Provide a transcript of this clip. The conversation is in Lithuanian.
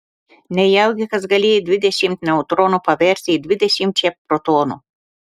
nejaugi kas galėjo dvidešimt neutronų paversti dvidešimčia protonų